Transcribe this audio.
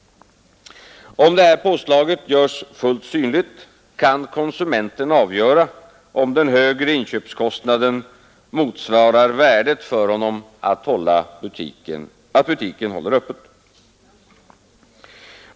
Om detta påslag görs fullt synligt kan konsumenten avgöra om den högre inköpskostnaden motsvarar värdet för honom att butiken håller öppet.